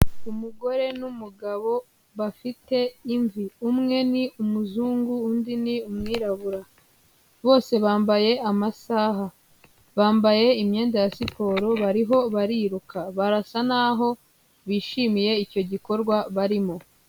Umugore n'umugabo bafite imvi, umwe ni umuzungu undi ni umwirabura, bose bambaye amasaha bambaye imyenda ya siporo bariho bariruka. Barasa naho bishimiye icyo gikorwa barimo.